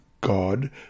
God